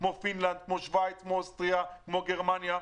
כמו פינלנד, כמו שווייץ, כמו אוסטריה, כמו גרמניה.